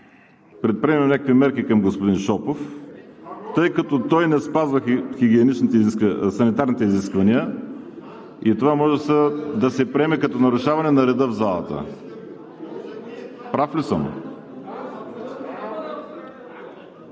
предприемем някакви мерки към господин Шопов. Тъй като той не спазва санитарните изисквания, това може да се приеме като нарушаване на реда в залата. Прав ли съм? (Реплики